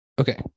okay